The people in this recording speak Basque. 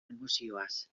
emozioaz